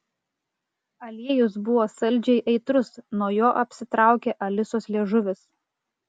aliejus buvo saldžiai aitrus nuo jo apsitraukė alisos liežuvis